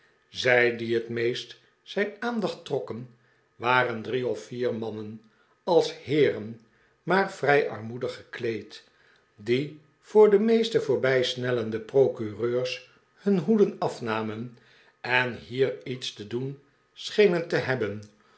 zij die het meest zijn aandacht trokken waren drie of vier mannen als heeren maar vrij armoedig gekleed die voor de meeste voorbijsnellende procureurs hun hoeden afnamen en hier iets te doen schenen te hebben